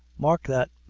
mark that!